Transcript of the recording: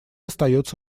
остается